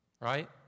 right